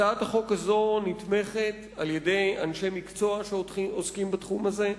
הצעת החוק הזאת נתמכת על-ידי אנשי מקצוע שעוסקים בתחום הזה.